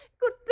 good